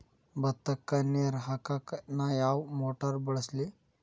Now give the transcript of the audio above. ಭತ್ತಕ್ಕ ನೇರ ಹಾಕಾಕ್ ನಾ ಯಾವ್ ಮೋಟರ್ ಬಳಸ್ಲಿ?